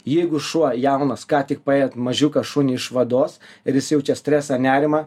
jeigu šuo jaunas ką tik paėmėt mažiuką šunį iš vados ir jis jaučia stresą nerimą